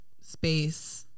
space